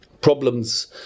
problems